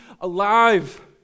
alive